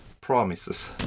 promises